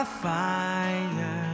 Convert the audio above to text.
fire